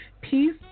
Peace